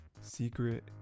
secret